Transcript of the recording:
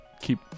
keep